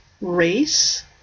race